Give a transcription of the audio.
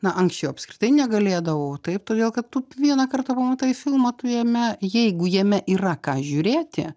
na anksčiau apskritai negalėdavau taip todėl kad tu vieną kartą pamatai filmą tu jame jeigu jame yra ką žiūrėti